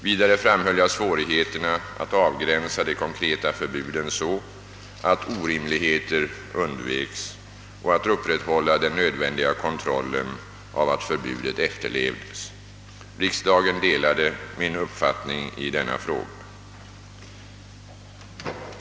Vidare framhöll jag svårigheterna att avgränsa de konkreta förbuden så, att orimligheter undveks, och att upprätthålla den nödvändiga kontrollen av att förbudet efterlevdes. Riksdagen delade min uppfattning i denna fråga.